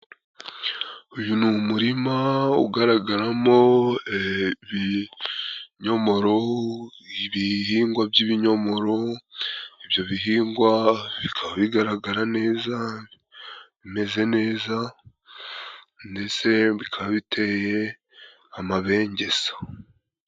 Uyu ni umurima ugaragaramo ibinyomoro ,ibihingwa by'ibinyomoro ,ibyo bihingwa bikaba bigaragara neza, bimeze neza, ndetse bikaba biteye amabengeza.